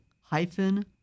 hyphen